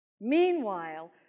Meanwhile